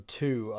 two